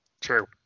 True